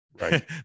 Right